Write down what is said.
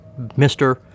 Mr